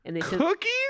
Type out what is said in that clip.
Cookies